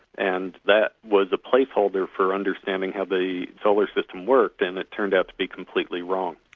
and that was a placeholder for understanding how the solar system worked and it turned out to be completely wrong.